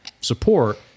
support